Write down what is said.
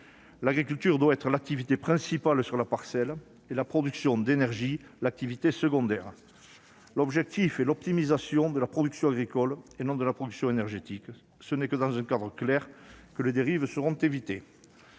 l'agriculture doit être l'activité principale et la production d'énergie l'activité secondaire. L'objectif est l'optimisation de la production agricole et non la production énergétique. Ce n'est que dans ce cadre clair que les dérives seront évitées.